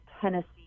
tennessee